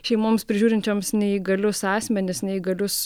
šeimoms prižiūrinčioms neįgalius asmenis neįgalius